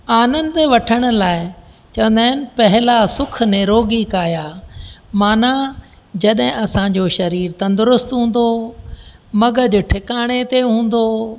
आनंदु वठण लाइ चवंदा आहिनि पहला सुख निरोगी काया माना जॾहिं असां जो शरीर तंदरुस्तु हूंदो मॻज ठिकाणे ते हूंदो